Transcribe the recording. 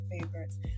favorites